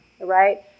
right